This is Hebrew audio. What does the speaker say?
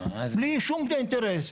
בלי שום אינטרס.